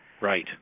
Right